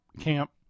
camp